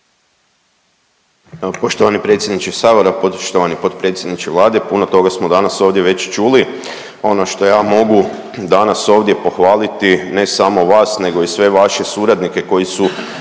Poštovani predsjedniče sabora, poštovani potpredsjedniče Vlade, puno toga smo danas ovdje već čuli. Ono što ja mogu danas ovdje pohvaliti ne samo vas nego i sve vaše suradnike koji su